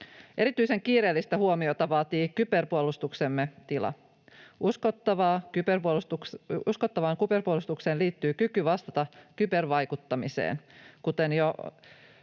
Erityisen kiireellistä huomiota vaatii kyberpuolustuksemme tila. Uskottavaan kyberpuolustukseen liittyy kyky vastata kybervaikuttamiseen. Kuten jo